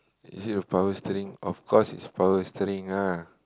is it the power steering of course it's power steering ah